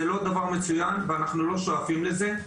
זה לא דבר מצוין ואנחנו לא שואפים לזה.